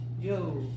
Yo